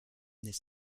this